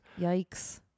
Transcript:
yikes